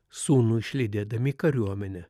sūnų išlydėdami į kariuomenę